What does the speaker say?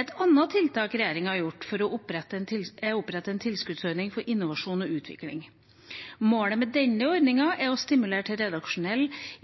Et annet tiltak regjeringa har kommet med, er opprettelsen av en tilskuddsordning for innovasjon og utvikling. Målet med denne ordningen er å stimulere til redaksjonell,